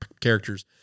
characters